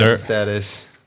status